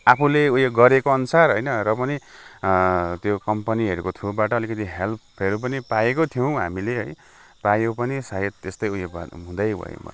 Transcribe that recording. आफूले उयो गरेको अनुसार होइन र पनि त्यो कम्पनीहरको थ्रुबाट अलिकति हेल्पहरू पनि पाएको थियौँ हामीले पायौँ पनि सायद त्यस्तै उयो भयो हुँदै भ